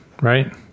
right